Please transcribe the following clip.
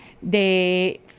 de